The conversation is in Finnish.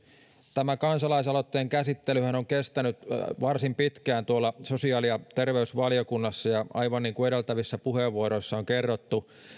tämä kansalaisaloitteen käsittelyhän on kestänyt varsin pitkään tuolla sosiaali ja terveysvaliokunnassa ja aivan niin kuin edeltävissä puheenvuoroissa on kerrottu